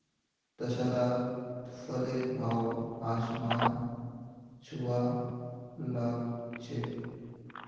दशहरात फलेर भाव आसमान छूबा ला ग छेक